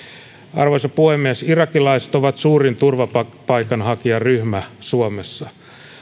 arvoisa puhemies irakilaiset ovat suurin turvapaikanhakijaryhmä suomessa